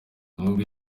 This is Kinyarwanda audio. nubwo